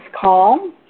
call